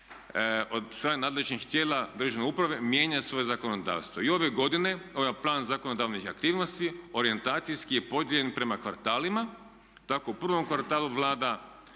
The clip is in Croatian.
od strane nadležnih tijela državne uprave mijenja svoje zakonodavstvo. I ove godine ovaj plan zakonodavnih aktivnosti orijentacijski je podijeljen prema kvartalima. Tako u prvom kvartalu Vlada